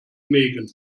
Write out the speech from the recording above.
mägen